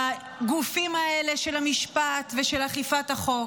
בגופים האלה של המשפט ושל אכיפת החוק,